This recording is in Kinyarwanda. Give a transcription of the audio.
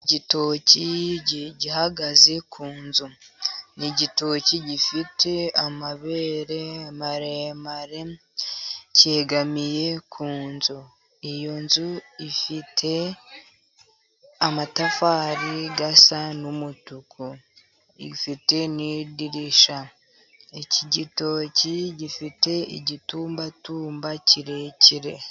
Igitoki gihagaze ku nzu ,ni igitoki gifite amabere maremare kegamiye ku nzu, iyo nzu ifite amatafari asa n'umutuku ifite n'idirishya, iki gitoki gifite igitumbatumba kirekire.